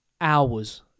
hours